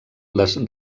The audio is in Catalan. les